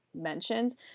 mentioned